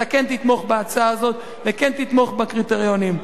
כן תתמוך בהצעה הזאת וכן תתמוך בקריטריונים.